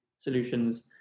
solutions